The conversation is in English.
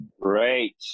Great